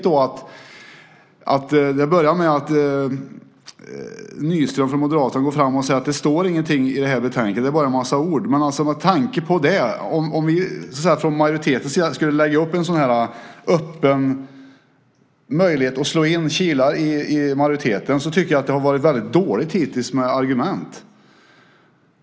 Det började här med att Nyström från Moderaterna gick fram och sade att det inte står någonting i det här betänkandet, att det bara är en massa ord. Även om vi från majoritetens sida skulle ha gett en öppen möjlighet att slå in kilar i majoriteten, tycker jag att det hittills har varit väldigt dåligt med argument.